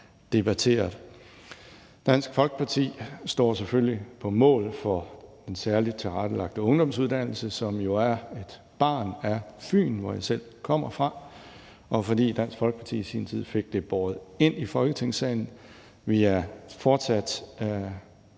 debatteret. Dansk Folkeparti står selvfølgelig på mål for den særligt tilrettelagte ungdomsuddannelse, som jo er et barn af Fyn, hvor jeg selv kommer fra, og fordi Dansk Folkeparti i sin tid fik det båret ind i Folketingssalen. Vi er fortsat